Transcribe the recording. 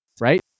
right